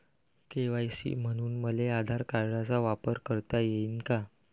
KYC म्हनून मले आधार कार्डाचा वापर करता येईन का?